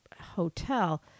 hotel